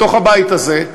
בתוך הבית הזה,